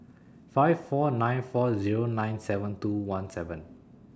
five four nine four Zero nine seven two one seven